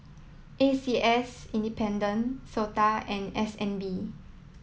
A C S independent SOTA and S N B